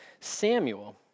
Samuel